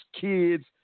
kids